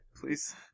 please